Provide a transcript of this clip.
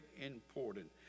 important